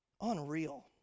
unreal